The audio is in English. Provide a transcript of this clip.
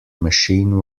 machine